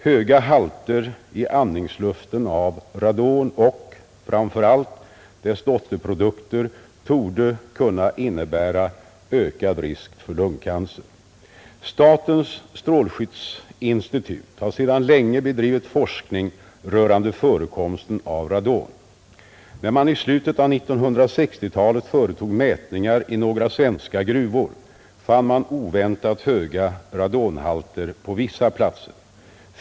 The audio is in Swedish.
Höga halter i andningsluften av radon och, framför allt, dess dotterprodukter torde kunna innebära ökad risk för lungcancer. Statens strålskyddsinstitut har sedan länge bedrivit forskning rörande förekomsten av radon, När man i slutet av 1960-talet företog mätningar i några svenska gruvor fann man oväntat höga radonhalter på vissa platser.